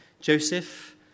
Joseph